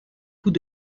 coups